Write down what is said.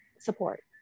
support